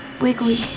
Wiggly